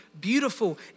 beautiful